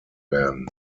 werden